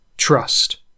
Trust